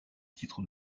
titre